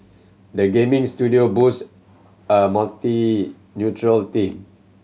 the gaming studio boast a team